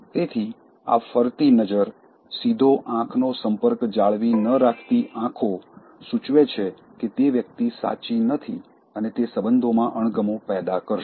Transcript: તેથી આ ફરતી નજર સીધો આંખનો સંપર્ક જાળવી ન રાખતી આંખો સૂચવે છે કે તે વ્યક્તિ સાચી નથી અને તે સંબંધોમાં અણગમો પેદા કરશે